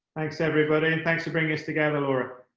thanks, everybody. and thanks for bringing us together, laura.